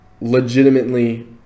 legitimately